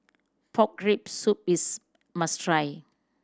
pork rib soup is must try